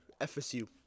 FSU